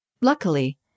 Luckily